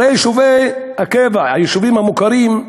הרי יישובי הקבע, היישובים המוכרים,